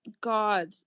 God